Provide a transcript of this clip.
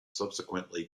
subsequently